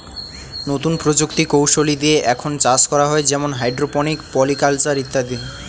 নতুন প্রযুক্তি কৌশলী দিয়ে এখন চাষ করা হয় যেমন হাইড্রোপনিক, পলি কালচার ইত্যাদি